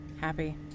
Happy